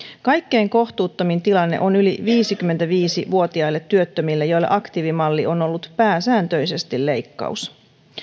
kaikkein kohtuuttomin tilanne on yli viisikymmentäviisi vuotiaille työttömille joille aktiivimalli on ollut pääsääntöisesti leikkaus